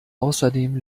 außerdem